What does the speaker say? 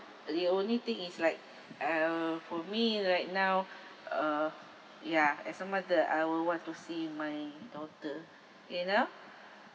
the only thing is like uh for me right now uh ya as a mother I will want to see my daughter enough